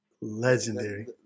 legendary